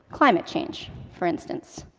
climate change for instance.